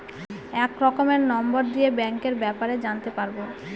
এক রকমের নম্বর দিয়ে ব্যাঙ্কের ব্যাপারে জানতে পারবো